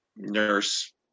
nurse